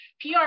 PR